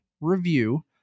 review